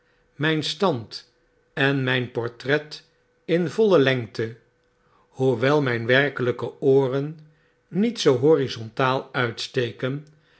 myn stand en myn portret in voile lengte hoewel myn werkelyke ooren niet zoo horizontaal uitsteken